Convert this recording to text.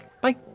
Bye